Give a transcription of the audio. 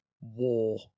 war